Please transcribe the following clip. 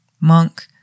Monk